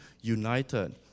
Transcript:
united